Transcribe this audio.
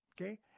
okay